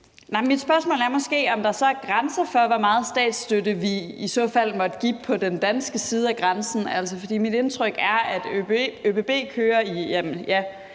Mit spørgsmål er måske, om der så er grænser for, hvor meget statsstøtte vi i så fald måtte give på den danske side af grænsen. For mit indtryk er, at ÖBB kører i